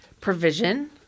provision